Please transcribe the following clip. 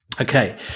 okay